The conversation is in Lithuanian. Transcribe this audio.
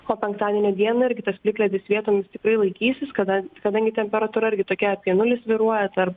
o penktadienio dieną ir kitas plikledis vietomis tikrai laikysis kada kadangi temperatūra irgi tokia apie nulį svyruoja tarp